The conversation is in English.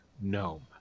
gnome